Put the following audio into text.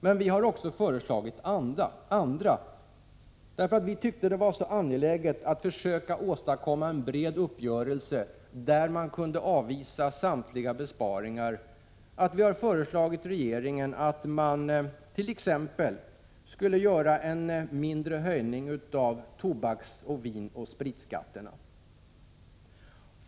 Men vi har också kommit med andra förslag. Vi tyckte nämligen att det var så angeläget att försöka åstadkomma en bred uppgörelse där man kunde avvisa samtliga besparingar att vi föreslog regeringen att man t.ex. skulle göra en mindre höjning av tobaksskatten samt vinoch spritskatterna.